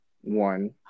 one